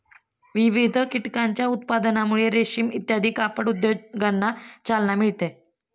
विविध कीटकांच्या उत्पादनामुळे रेशीम इत्यादी कापड उद्योगांना चालना मिळते